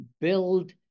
build